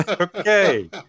Okay